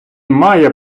має